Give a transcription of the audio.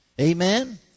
Amen